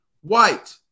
White